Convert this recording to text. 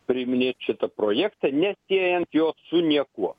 priiminėt šitą projektą nesiejant jo su niekuo